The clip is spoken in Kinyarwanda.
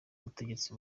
ubutegetsi